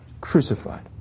crucified